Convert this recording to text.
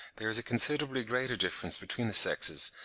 there is a considerably greater difference between the sexes,